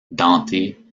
dentées